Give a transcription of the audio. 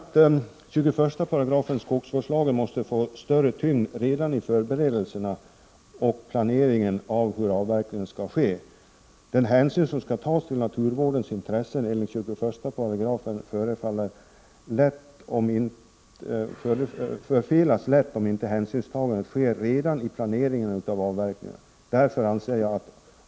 21 §iskogsvårdslagen måste få mera tyngd redan i förberedelserna för och i planeringen av hur avverkningen skall ske. Den hänsyn som enligt 21 § skall tas till naturvårdsintressen förfelas lätt om inte hänsynstagandet sker redan vid planeringen av avverkningen.